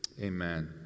Amen